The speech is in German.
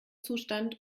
zustand